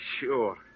Sure